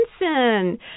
Johnson